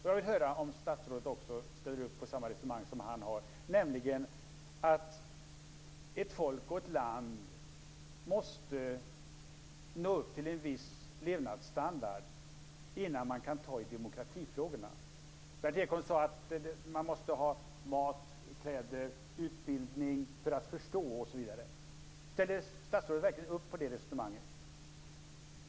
Jag vill höra om också statsrådet ställer upp på samma resonemang som han har, nämligen att ett folk och ett land måste nå upp till den viss levnadsstandard innan man kan gripa sig an demokratifrågorna. Berndt Ekholm sade att man måste ha mat, kläder och utbildning för att förstå, osv. Ställer statsrådet verkligen upp på det resonemanget?